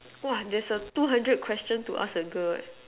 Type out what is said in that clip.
!wah! there's a two hundred question to ask a girl eh